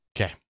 Okay